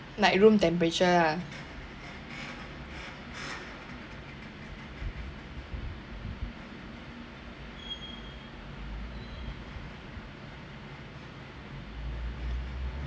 like room temperature lah